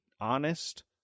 honest